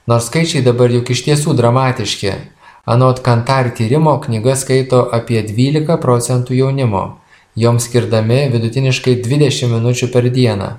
nors skaičiai dabar juk iš tiesų dramatiški anot kantar tyrimo knygas skaito apie dvylika procentų jaunimo joms skirdami vidutiniškai dvidešim minučių per dieną